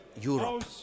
Europe